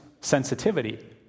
sensitivity